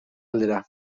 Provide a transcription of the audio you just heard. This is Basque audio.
aldera